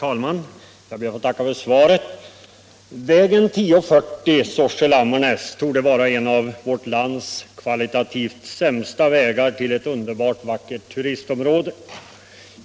Herr talman! Jag tackar för svaret. Vägen 1040 Sorsele-Ammarnäs torde vara en av vårt lands kvalitativt sämsta vägar till ett underbart vackert turistområde.